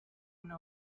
una